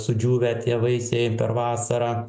sudžiūvę tie vaisiai per vasarą